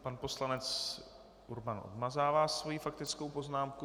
Pan poslanec Urban odmazává svoji faktickou poznámku.